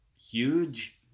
huge